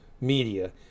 media